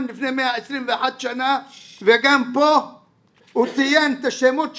לפני 121 שנה וגם פה הוא ציין את השמות שלו,